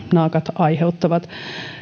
naakat aiheuttavat